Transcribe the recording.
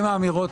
לא.